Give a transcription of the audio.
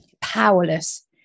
powerless